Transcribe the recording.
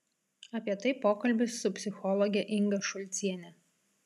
apie tai pokalbis su psichologe inga šulciene